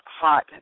hot